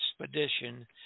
expedition